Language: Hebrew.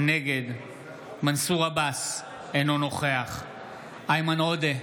נגד מנסור עבאס, אינו נוכח איימן עודה,